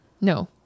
No